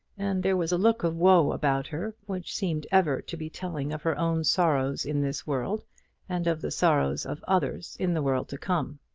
and there was a look of woe about her which seemed ever to be telling of her own sorrows in this world and of the sorrows of others in the world to come.